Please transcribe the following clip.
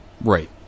right